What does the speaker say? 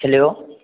hello